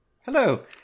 Hello